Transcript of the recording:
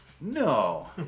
No